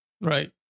right